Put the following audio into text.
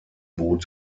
boot